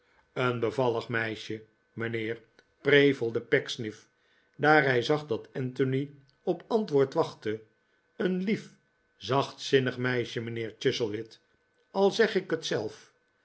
een bevallig meisje mijnheer prevelde pecksniff daar hij zag dat anthony op antwoord wachtte een lief zachtzinnig meisje mijnheer chuzzlewit al zeg ik het zelf